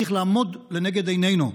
צריך לעמוד לנגד עינינו.